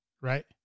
right